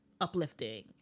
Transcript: uplifting